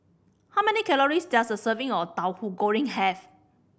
how many calories does a serving of Tauhu Goreng have